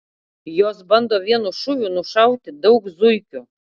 jos bando vienu šūviu nušauti daug zuikių